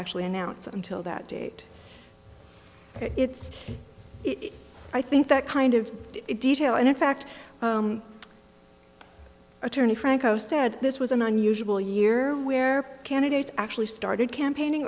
actually announce until that date it's i think that kind of detail and in fact attorney franco said this was an unusual year where candidates actually started campaigning